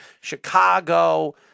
Chicago